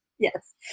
Yes